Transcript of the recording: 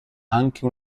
anche